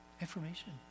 information